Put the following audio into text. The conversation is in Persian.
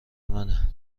منه